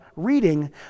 reading